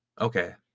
Okay